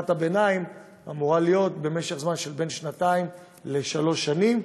שאמורה להיות בין שנתיים לשלוש שנים,